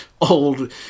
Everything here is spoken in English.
old